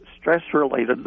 stress-related